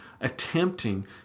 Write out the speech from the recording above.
attempting